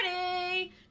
party